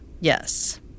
Yes